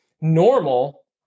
normal